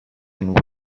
and